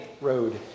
road